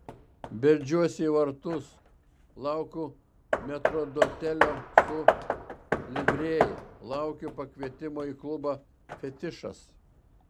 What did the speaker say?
beldžiuosi į vartus laukiu metrdotelio su livrėja laukiu pakvietimo į klubą fetišas